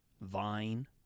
vine